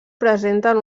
presenten